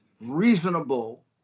reasonable